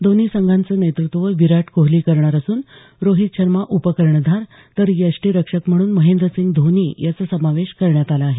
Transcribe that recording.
दोन्ही संघांचं नेतृत्व विराट कोहली करणार असून रोहीत शर्मा उपकर्णधार तर यष्टीरक्षक म्हणून महेंद्रसिंह धोनी याचा समावेश करण्यात आला आहे